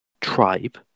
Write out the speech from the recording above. tribe